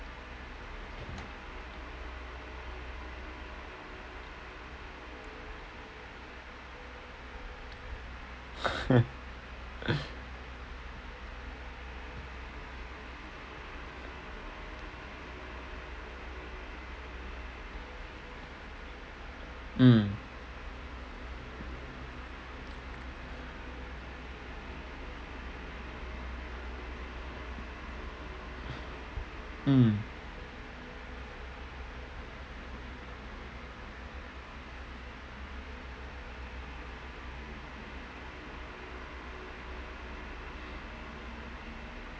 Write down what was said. mm mmhmm